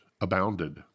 abounded